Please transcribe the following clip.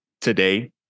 today